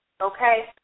okay